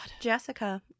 Jessica